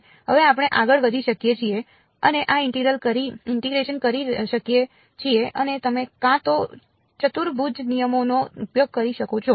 હવે આપણે આગળ વધી શકીએ છીએ અને આ ઇન્ટીગ્રેશન કરી શકીએ છીએ અને તમે કાં તો ચતુર્ભુજ નિયમોનો ઉપયોગ કરી શકો છો